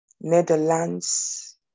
Netherlands